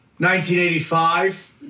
1985